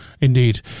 Indeed